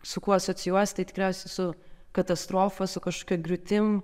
su kuo asocijuojas tai tikriausiai su katastrofa su kažkokia griūtim